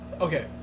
Okay